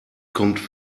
kommt